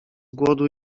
głodu